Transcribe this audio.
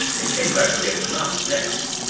in case i forget the knot next.